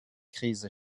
krise